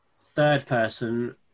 Third-person